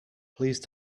please